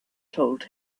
told